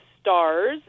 stars